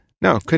No